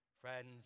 Friends